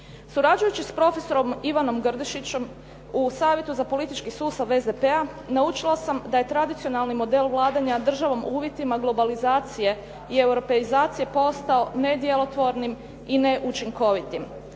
Surađujući s profesorom Ivanom Grdešićom u Savjetu za politički sustav SDP-a naučila sam da je tradicionalni model vladanja državom u uvjetima globalizacije i europeizacije postao nedjelotvornim i neučinkovitim.